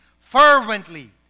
fervently